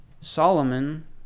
Solomon